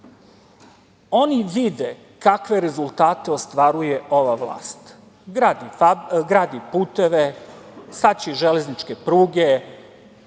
Oni vide kakve rezultate ostvaruje ova vlast - gradi puteve, sad će i železničke pruge,